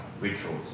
rituals